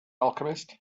alchemist